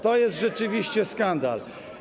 To jest rzeczywiście skandal.